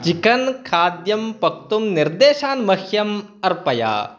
chicken खाद्यं पक्तुं निर्देशान् मह्यम् अर्पय